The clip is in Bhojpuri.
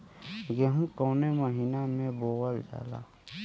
गेहूँ कवने महीना में बोवल जाला?